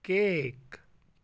cake